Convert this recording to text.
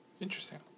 Interesting